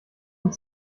und